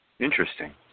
Interesting